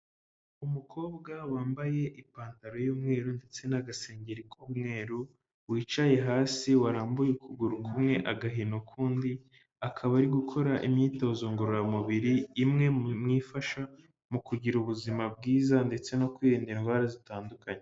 Umukobwa wambaye ipantaro y'umweru ndetse n'agasengeri k'umweru, wicaye hasi warambuye ukuguru kumwe, agahina uk'undi, akaba ari gukora imyitozo ngororamubiri, imwe mu ifasha mu kugira ubuzima bwiza ndetse no kwirinda indwara zitandukanye.